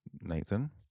Nathan